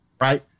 right